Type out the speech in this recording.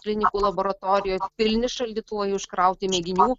klinikų laboratorijoj pilni šaldytuvai užkrauti mėginių